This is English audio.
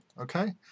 okay